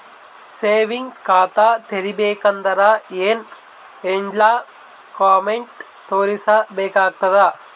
Savings ಖಾತಾ ತೇರಿಬೇಕಂದರ ಏನ್ ಏನ್ಡಾ ಕೊಮೆಂಟ ತೋರಿಸ ಬೇಕಾತದ?